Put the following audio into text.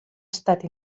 estat